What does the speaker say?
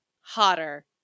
hotter